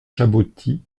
jaboti